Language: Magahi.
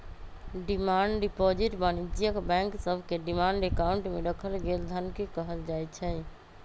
डिमांड डिपॉजिट वाणिज्यिक बैंक सभके डिमांड अकाउंट में राखल गेल धन के कहल जाइ छै